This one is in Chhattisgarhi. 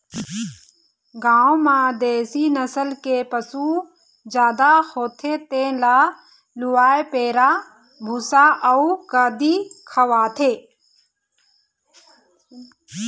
गाँव म देशी नसल के पशु जादा होथे तेन ल लूवय पैरा, भूसा अउ कांदी खवाथे